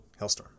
Hellstorm